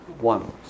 one